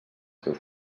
seus